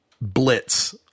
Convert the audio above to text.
blitz